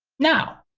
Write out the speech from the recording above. now,